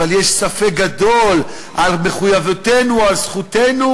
אלא שיש ספק גדול במחויבותנו ובזכותנו